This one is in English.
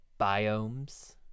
biomes